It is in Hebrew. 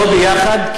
לא ביחד,